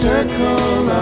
circle